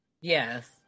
Yes